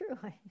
true